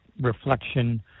reflection